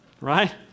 Right